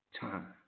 time